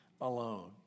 alone